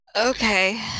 Okay